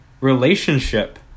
Relationship